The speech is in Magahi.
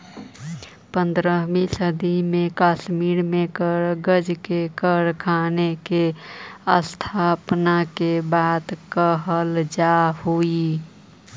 पँद्रहवीं सदी में कश्मीर में कागज के कारखाना के स्थापना के बात कहल जा हई